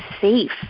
safe